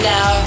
Now